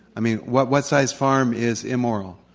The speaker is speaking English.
i mean, what what size farm is immoral?